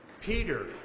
Peter